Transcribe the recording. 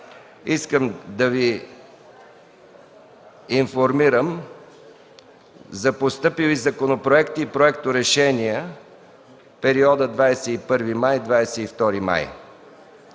искам да Ви информирам за постъпили законопроекти и проекторешения в периода 21-22 май.